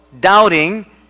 doubting